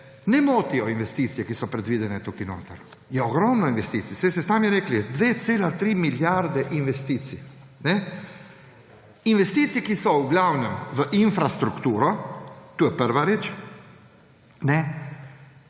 ne motijo investicije, ki so predvidene tukaj notri. Je ogromno investicij, saj ste sami rekli za 2,3 milijarde investicij. Investicij, ki so v glavnem v infrastrukturo, to je prva reč.